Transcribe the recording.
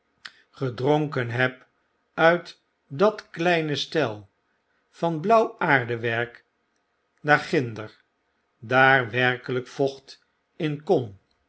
gedronken heb uit dat kleine stel van blauw aardewerk daar ginder daar werkeljjk vocht in